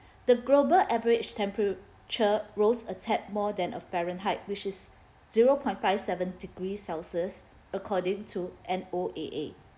the global average temperature rose a tad more than a Fahrenheit which is zero point five seven degree celsius according to N_O_A_A